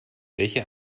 welcher